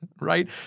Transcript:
right